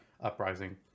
Uprising